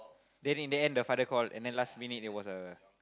then in the end the father call and then last minute there was a